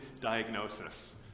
diagnosis